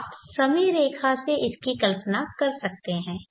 आप समय रेखा से इसकी कल्पना कर सकते हैं